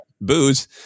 booze